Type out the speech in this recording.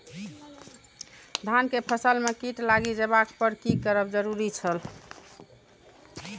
धान के फसल में कीट लागि जेबाक पर की करब जरुरी छल?